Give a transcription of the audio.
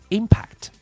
impact